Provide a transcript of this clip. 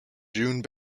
june